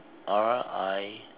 R I